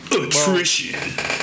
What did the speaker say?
Attrition